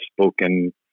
spoken